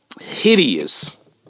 hideous